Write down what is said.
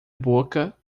boca